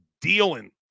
dealing